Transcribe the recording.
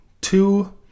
Two